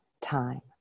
time